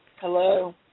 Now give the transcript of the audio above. Hello